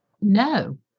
No